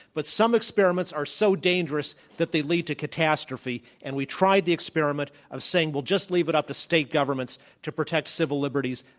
but some experiments are so dangerous that they lead to catastrophe and we tried the experiment of saying we'll just leave it up to state governments to protect civil liberties.